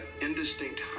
indistinct